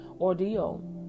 ordeal